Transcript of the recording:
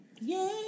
Yay